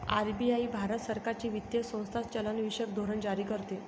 RBI Bharat सरकारची वित्तीय संस्था चलनविषयक धोरण जारी करते